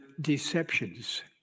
deceptions